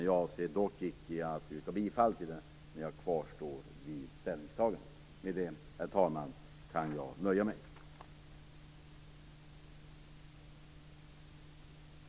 Jag avser icke att yrka bifall till den, men jag kvarstår vid ställningstagandet. Herr talman! Jag kan nöja mig med detta.